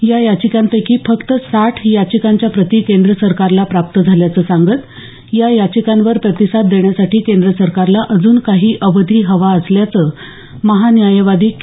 या याचिकांपैकी फक्त साठ याचिकांच्या प्रती केंद्र सरकारला प्राप्त झाल्याचं सांगत या याचिकांवर प्रतिसाद देण्यासाठी केंद्र सरकारला अजून काही अवधी हवा असल्याचं महान्यायवादी के